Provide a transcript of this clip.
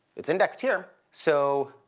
it's indexed here. so,